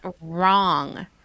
wrong